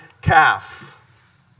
calf